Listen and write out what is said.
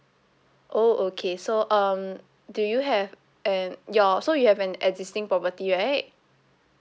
oh okay so um do you have and your so you have an existing property right